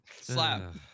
Slap